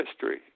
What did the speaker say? History